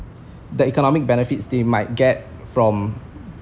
the economic benefits they might get from